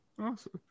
Awesome